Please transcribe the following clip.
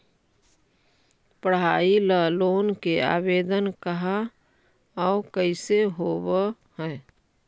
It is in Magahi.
पढाई ल लोन के आवेदन कहा औ कैसे होब है?